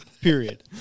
Period